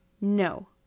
No